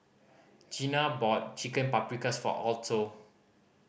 Jeana bought Chicken Paprikas for Alto